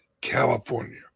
california